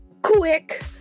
Quick